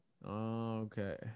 Okay